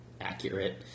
accurate